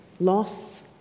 loss